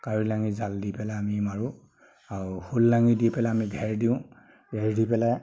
কাৱৈ লাঙি জাল দি পেলাই আমি মাৰো আৰু শল লাঙি দি পেলাই আমি ঘেৰ দিওঁ ঘেৰ দি পেলাই